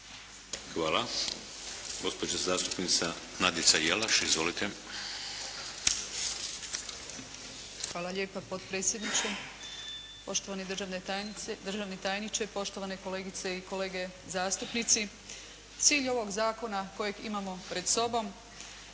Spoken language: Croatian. Hvala. Gospođa zastupnica Nadica Jelaš. Izvolite. **Jelaš, Nadica (SDP)** Hvala lijepa potpredsjedniče, poštovani državni tajniče, poštovane kolegice i kolege zastupnici. Cilj ovog zakona kojeg imamo pred sobom